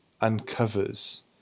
uncovers